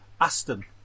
Aston